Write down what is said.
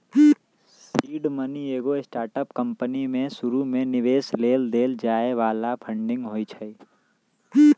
seed money एगो startup company में शुरुमे निवेश लेल देल जाय बला फंडिंग होइ छइ